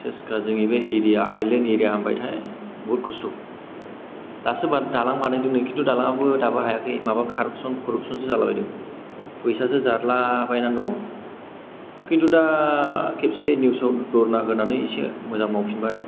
सेसखा जोंनि बे एरिया आइलेन एरिया होनबाथाय बहुद खस्थ' दासो दालां बानायदों नै खिन्थु दालांआबो दाबो हायाखै माबा खाराबसन खुरबसनसो जाला बायदों फैसासो जादला बायनानै दङ खिन्थु दा खेबसे निउसआव धरना होनानै इसे मोजां मावफिनबाय